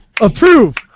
approve